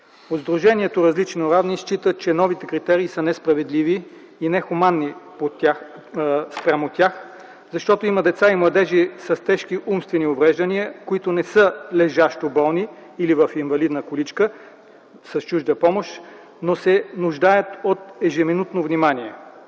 От Сдружението „Различни, но равни” считат, че новите критерии са несправедливи и нехуманни спрямо тях, защото има деца и младежи с тежки умствени увреждания, които не са лежащо болни или в инвалидна количка с чужда помощ, но се нуждаят от ежеминутно внимание.